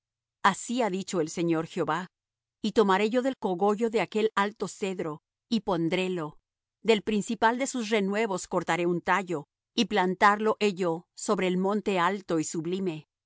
así ha dicho el señor jehová y tomaré yo del cogollo de aquel alto cedro y pondrélo del principal de sus renuevos cortaré un tallo y plantarlo he yo sobre el monte alto y sublime